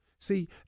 See